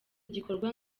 igikorwa